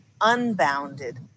unbounded